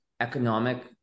economic